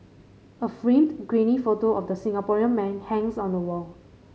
a framed grainy photo of the Singaporean man hangs on the wall